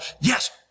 yes